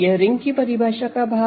यह रिंग की परिभाषा का भाग है